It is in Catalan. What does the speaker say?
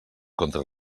contra